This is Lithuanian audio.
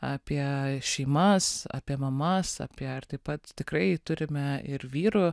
apie šeimas apie mamas apie dar taip pat tikrai turime ir vyrų